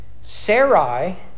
Sarai